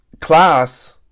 class